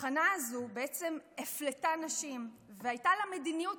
התחנה הזו בעצם הפלתה נשים והייתה לה מדיניות